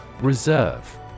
Reserve